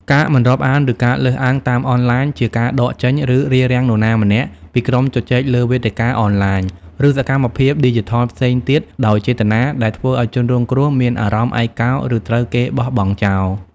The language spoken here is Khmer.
ការមិនរាប់អាន ឬការរើសអើងតាមអនឡាញ ជាការដកចេញ ឬរារាំងនរណាម្នាក់ពីក្រុមជជែកលើវេទិកាអនឡាញ ឬសកម្មភាពឌីជីថលផ្សេងទៀតដោយចេតនា ដែលធ្វើឲ្យជនរងគ្រោះមានអារម្មណ៍ឯកោ ឬត្រូវគេបោះបង់ចោល។